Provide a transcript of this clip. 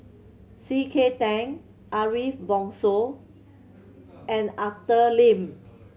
C K Tang Ariff Bongso and Arthur Lim